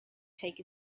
take